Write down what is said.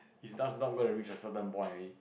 is just not gonna reach a certain point already